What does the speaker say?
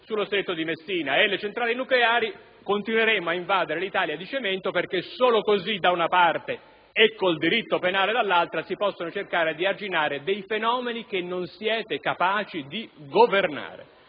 sullo Stretto di Messina e le centrali nucleari continueremo a invadere l'Italia di cemento perché solo così, da una parte, e con il diritto penale dall'altra, si possono arginare fenomeni che non siete capaci di governare.